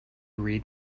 read